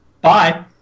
Bye